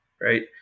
right